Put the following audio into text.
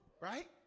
Right